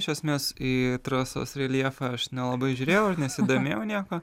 iš esmės į trasos reljefą aš nelabai žiūrėjau nesidomėjau nieko